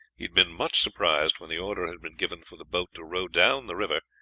had been much surprised when the order had been given for the boat to row down the river,